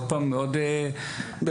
עוד פעם עוד ---?